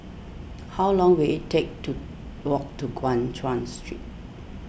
how long will it take to walk to Guan Chuan Street